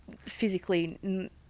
physically